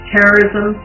Terrorism